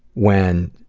when,